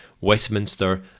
Westminster